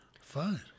fine